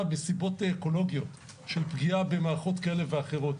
מסיבות אקולוגיות של פגיעה במערכות כאלה ואחרות.